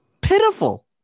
pitiful